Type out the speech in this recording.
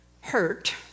hurt